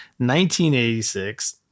1986